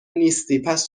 نیستی٬پس